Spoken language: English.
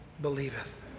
believeth